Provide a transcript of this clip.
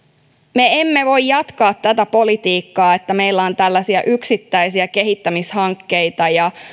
me emme voi jatkaa tätä politiikkaa että meillä on tällaisia yksittäisiä kehittämishankkeita ja